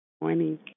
Morning